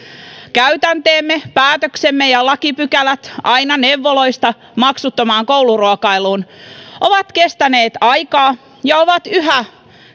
käytänteemme päätöksemme ja lakipykälät aina neuvoloista maksuttomaan kouluruokailuun ovat kestäneet aikaa ja ovat yhä